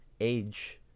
age